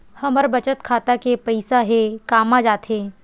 हमर बचत खाता के पईसा हे कामा जाथे?